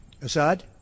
Assad